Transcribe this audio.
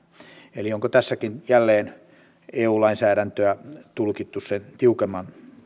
eli onko tässäkin jälleen eu lainsäädäntöä tulkittu sen tiukemman